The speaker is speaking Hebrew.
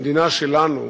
במדינה שלנו,